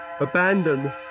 Abandon